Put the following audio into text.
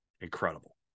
Incredible